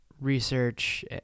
research